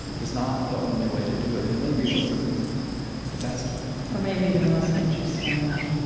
was not the only way to do it. and maybe it wasn't the best way or maybe even the most interesting way.